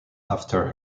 after